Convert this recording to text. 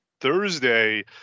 Thursday